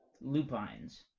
lupines